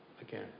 again